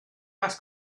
más